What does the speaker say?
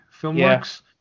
filmworks